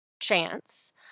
chance